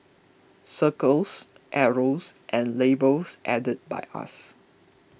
circles arrows and labels added by us